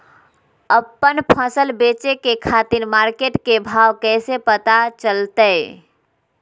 आपन फसल बेचे के खातिर मार्केट के भाव कैसे पता चलतय?